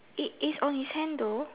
it is on his hand though